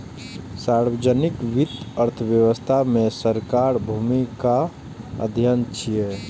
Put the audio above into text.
सार्वजनिक वित्त अर्थव्यवस्था मे सरकारक भूमिकाक अध्ययन छियै